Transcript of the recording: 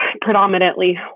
predominantly